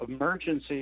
emergency